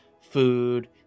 food